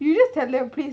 you just tell them please